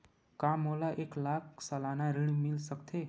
का मोला एक लाख सालाना ऋण मिल सकथे?